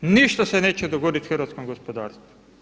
Ništa se neće dogoditi hrvatskom gospodarstvu.